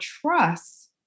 trust